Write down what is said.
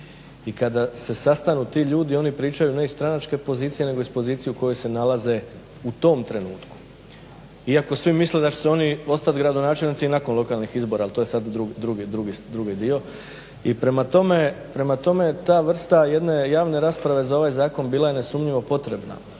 Ikada se sastanu ti ljudi oni pričaju ne iz stranačke pozicije nego iz pozicije u kojoj se nalaze u tom trenutku iako svi misle da će se oni ostati gradonačelnici i nakon lokalnih izbora, ali to je sada drugi dio. I prema tome ta vrsta jedne javne rasprave za ovaj zakon bila je nesumnjivo potrebna,